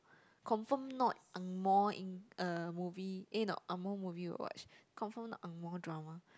confirm not angmoh eng~ uh movie eh not angmoh movie we will watch confirm not angmoh drama